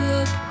up